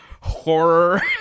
horror